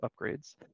upgrades